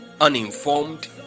uninformed